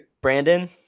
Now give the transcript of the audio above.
brandon